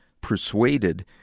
persuaded